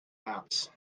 apps